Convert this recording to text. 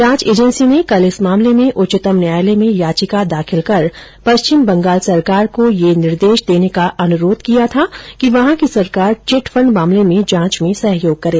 जांच एजेंसी ने कल इस मामले में उच्चतम न्यायालय में याचिका दाखिल कर पश्चिम बंगाल सरकार को यह निर्देश देने का अनुरोध किया कि वहां की सरकार चिट फंड मामले में जांच में सहयोग करें